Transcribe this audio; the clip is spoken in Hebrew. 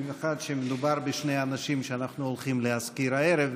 במיוחד שמדובר בשני האנשים שאנחנו הולכים להזכיר הערב,